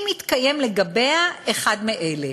אם יתקיים לגביה אחד מאלה: